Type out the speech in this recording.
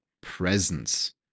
presence